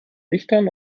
lichtern